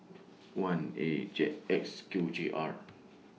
one A J X Q G R